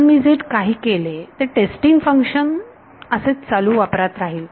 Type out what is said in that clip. म्हणून मी जे काही केले ते टेस्टिंग फंक्शन असेच चालू वापरात राहील